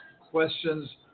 questions